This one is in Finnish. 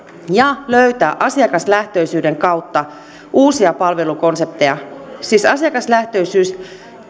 ja löytää asiakaslähtöisyyden kautta uusia palvelukonsepteja siis asiakaslähtöisyys